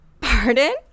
pardon